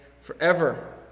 forever